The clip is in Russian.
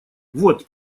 вот